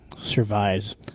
survives